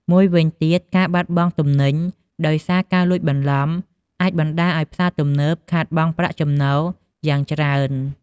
មួយវិញទៀតការបាត់បង់ទំនិញដោយសារការលួចបន្លំអាចបណ្តាលឱ្យផ្សារទំនើបខាតបង់ប្រាក់ចំណូលយ៉ាងច្រើន។